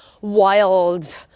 wild